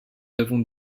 avons